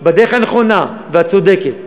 הדרך הנכונה והצודקת,